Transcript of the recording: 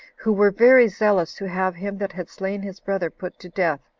who were very zealous to have him that had slain his brother put to death,